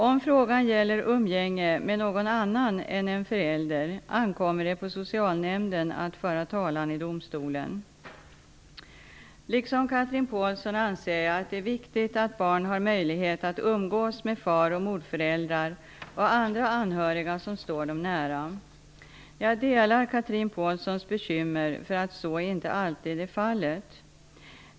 Om frågan gäller umgänge med någon annan än en förälder, ankommer det på socialnämnden att föra talan i domstolen. Liksom Chatrine Pålsson anser jag att det är viktigt att barn har möjlighet att umgås med far och morföräldrar och andra anhöriga som står dem nära. Jag delar Chatrine Pålssons bekymmer för att så inte alltid är fallet.